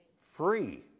free